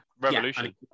Revolution